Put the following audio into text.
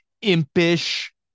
impish